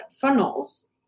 funnels